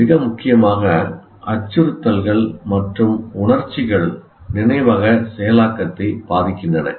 மிக முக்கியமாக அச்சுறுத்தல்கள் மற்றும் உணர்ச்சிகள் நினைவக செயலாக்கத்தை பாதிக்கின்றன